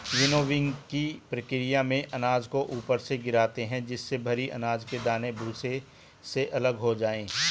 विनोविंगकी प्रकिया में अनाज को ऊपर से गिराते है जिससे भरी अनाज के दाने भूसे से अलग हो जाए